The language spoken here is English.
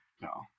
no